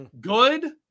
good